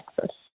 Texas